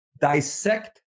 dissect